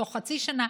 בתוך חצי שנה,